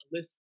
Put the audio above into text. List